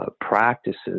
practices